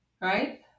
right